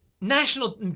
National